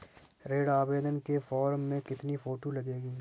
ऋण आवेदन के फॉर्म में कितनी फोटो लगेंगी?